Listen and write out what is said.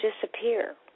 disappear